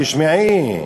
תשמעי.